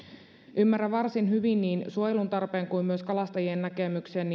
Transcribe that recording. ymmärrän varsin hyvin niin suojelun tarpeen kuin myös kalastajien näkemyksen